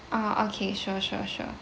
uh okay sure sure sure